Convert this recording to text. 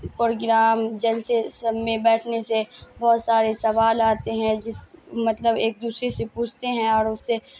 programme جلسے سب میں بیٹھنے سے بہت سارے سوال آتے ہیں جس مطلب ایک دوسرے سے پوچھتے ہیں اور اس سے